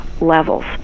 levels